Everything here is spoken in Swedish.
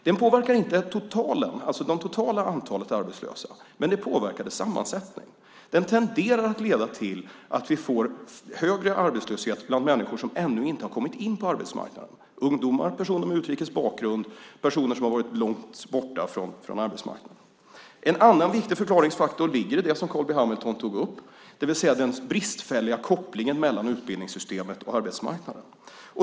Den påverkar inte det totala antalet arbetslösa, men den påverkar sammansättningen. Den tenderar att leda till att vi får högre arbetslöshet bland människor som ännu inte har kommit in på arbetsmarknaden, ungdomar, personer med utrikes bakgrund, personer som har varit långt borta från arbetsmarknaden. En annan viktig förklaringsfaktor ligger i det som Carl B Hamilton tog upp, den bristfälliga kopplingen mellan utbildningssystemet och arbetsmarknaden.